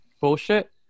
bullshit